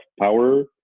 power